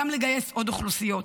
גם לגייס עוד אוכלוסיות.